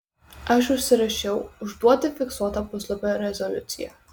aš užsirašiau užduoti fiksuotą puslapio rezoliuciją